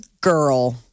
girl